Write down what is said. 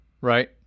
Right